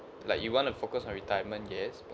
like you want to focus on retirement yes but